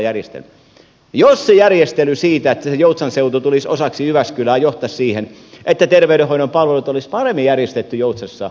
jos se järjestely siitä että se joutsan seutu tulisi osaksi jyväskylää johtaisi siihen että terveydenhoidon palvelut olisivat paremmin järjestetyt joutsassa niin hyvä niin